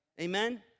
amen